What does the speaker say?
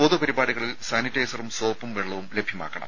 പൊതു പരിപാടികളിൽ സാനിറ്റൈസറും സോപ്പും വെള്ളവും ലഭ്യമാക്കണം